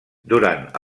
durant